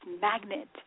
magnet